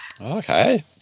Okay